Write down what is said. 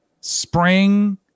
spring